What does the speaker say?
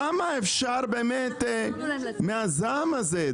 כמה אפשר מהזעם הזה?